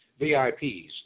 VIPs